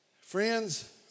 Friends